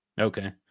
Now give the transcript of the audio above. Okay